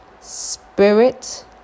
spirit